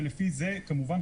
ולפי זה כמובן,